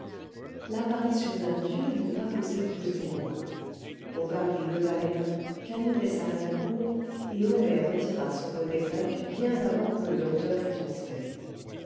l'apparition d'un dieu n'eût pas causé plus d'émoi bovary leva les mains canivet s'arrêta court et homais retira son bonnet grec bien avant que le docteur fût entré